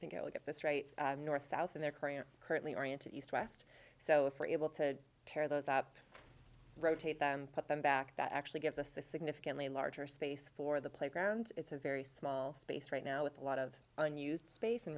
i think it would get this right north south of their current currently oriented east west so if we're able to tear those up rotate them put them back that actually gives us a significantly larger space for the playground it's a very small space right now with a lot of unused space and